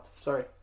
sorry